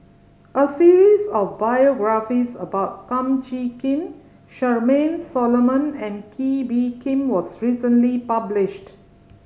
a series of biographies about Kum Chee Kin Charmaine Solomon and Kee Bee Khim was recently published